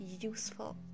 useful